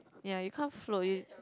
ya you can't float you